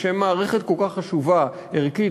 בשם מערכת כל כך חשובה ערכית,